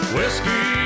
Whiskey